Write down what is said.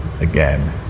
Again